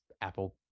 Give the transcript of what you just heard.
apple